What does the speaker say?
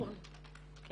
כי